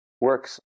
works